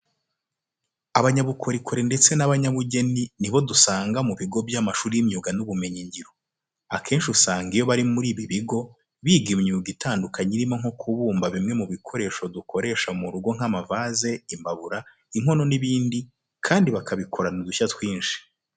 Abanyabukorikori ndetse n'abanyabugeni ni bo dusanga biga mu bigo by'amashuri y'imyuga n'ubumenyingiro. Akenshi usanga iyo bari muri ibi bigo, biga imyuga itandukanye irimo nko kubumba bimwe mu bikoresho dukoresha mu rugo nk'amavaze, imbabura, inkono n'ibindi kandi bakabikorana udushya twinshi.